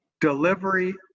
Delivery